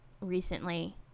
recently